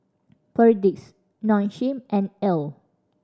Perdix Nong Shim and Elle